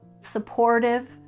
supportive